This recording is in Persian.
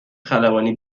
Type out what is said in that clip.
خلبانی